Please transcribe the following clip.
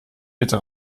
bitte